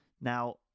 now